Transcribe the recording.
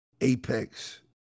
Apex